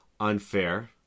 Unfair